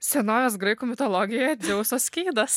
senovės graikų mitologijoje dzeuso skydas